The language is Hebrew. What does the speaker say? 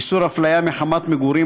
(איסור הפליה מחמת מקום מגורים),